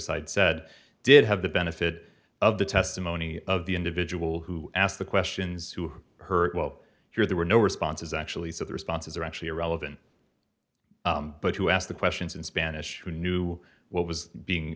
side said did have the benefit of the testimony of the individual who asked the questions who heard well sure there were no responses actually so the responses are actually irrelevant but you asked the questions in spanish who knew what was being